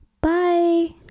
bye